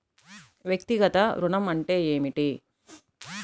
వ్యక్తిగత ఋణం అంటే ఏమిటి?